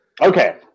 Okay